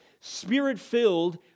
spirit-filled